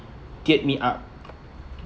teared me up